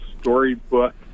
storybook